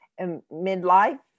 midlife